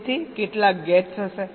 તેથી કેટલાક ગેટ્સ હશે